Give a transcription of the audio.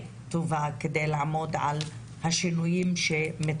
טובה על מנת לעמוד על השינויים שמתחוללים,